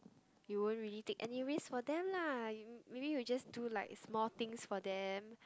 you won't really take any risk for them lah maybe you just do like small things for them